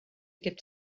gibt